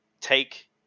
take